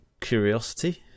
curiosity